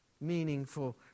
meaningful